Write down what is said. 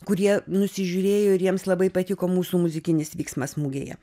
kurie nusižiūrėjo ir jiems labai patiko mūsų muzikinis vyksmas mugėje